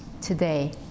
today